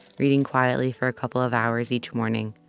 reading quietly for a couple of hours each morning.